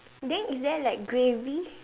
then is there like gravy